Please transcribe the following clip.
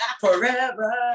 forever